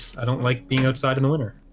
i don't like being outside in the winter